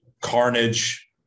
carnage